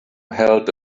held